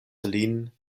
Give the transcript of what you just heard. lin